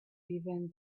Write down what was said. even